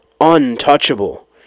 untouchable